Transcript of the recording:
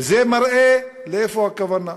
וזה מראה למה הכוונה,